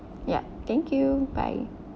ya thank you bye